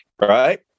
right